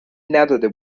نداده